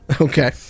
Okay